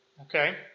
Okay